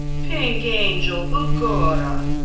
pink angel, begorrah!